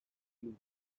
been